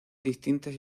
distintas